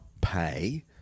pay